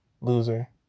Loser